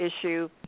issue